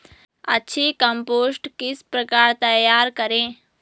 अच्छी कम्पोस्ट किस प्रकार तैयार करें?